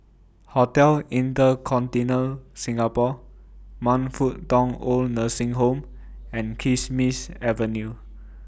Hotel InterContinental Singapore Man Fut Tong Oid Nursing Home and Kismis Avenue